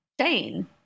chain